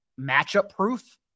matchup-proof